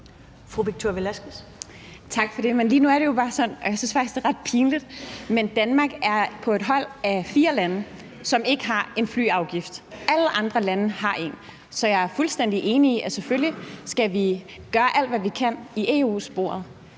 Victoria Velasquez (EL): Lige nu er det jo sådan, og jeg synes, det er ret pinligt, at Danmark er på et hold af fire lande, som ikke har en flyafgift; alle andre lande har en. Så jeg er fuldstændig enig i, at selvfølgelig skal vi gøre alt, hvad vi kan i EU-sporet,